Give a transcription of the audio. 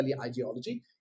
ideology